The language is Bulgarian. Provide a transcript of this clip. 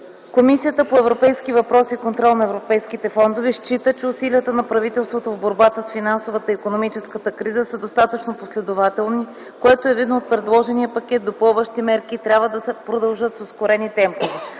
Комисията по европейските въпроси и контрол на европейските фондове счита, че усилията на правителството в борбата с финансовата и икономическата криза са достатъчно последователни, което е видно от предложения пакет допълващи мерки, и трябва да продължат с ускорени темпове.